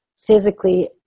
physically